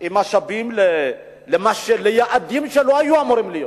משאבים ליעדים שלא היו אמורים להיות.